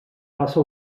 raça